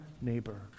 neighbor